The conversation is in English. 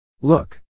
Look